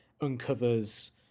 uncovers